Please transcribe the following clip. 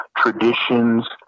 Traditions